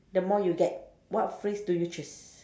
the more you get what phrase do you choose